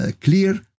clear